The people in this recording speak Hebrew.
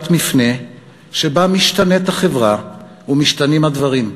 מפנה שבה משתנית החברה ומשתנים הדברים.